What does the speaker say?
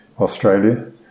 Australia